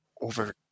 over